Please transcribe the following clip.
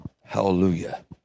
Hallelujah